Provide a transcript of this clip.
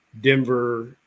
Denver –